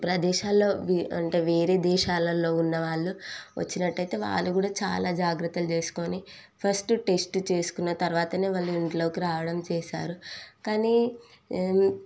ప్రదేశాలలో వె అంటే వేరే దేశాలలో ఉన్న వాళ్ళు వచ్చినట్టయితే వాళ్ళు కూడా చాలా జాగ్రత్తలు చేసుకుని ఫస్ట్ టెస్ట్ చేసుకున్న తర్వాత వాళ్ళు ఇంట్లోకి రావడం చేశారు కానీ